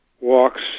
walks